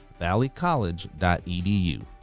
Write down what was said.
valleycollege.edu